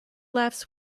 laughs